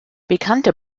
bekannte